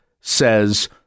says